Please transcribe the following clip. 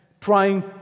trying